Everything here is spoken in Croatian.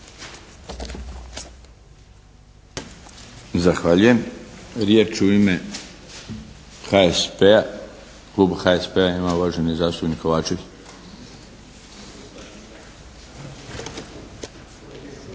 Zahvaljujem. Riječ u ime kluba HSP-a ima uvaženi zastupnik Kovačević.